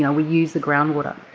yeah we use the groundwater.